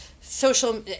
social –